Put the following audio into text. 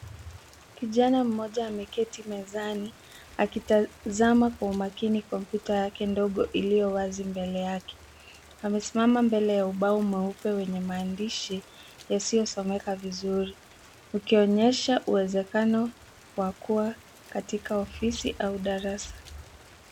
Kijana mmoja ameketi mezani akitazama kwa umakini kompyuta yake ndogo iliyowazi mbele yake amesimama mbele ya ubao mweupe wenye maandishi yasiyosomeka vizuri ukionyesha uwezekano wa kuwa katika ofisi au darasa.